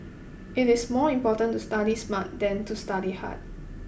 it is more important to study smart than to study hard